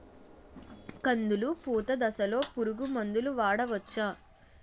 కందులు పూత దశలో పురుగు మందులు వాడవచ్చా?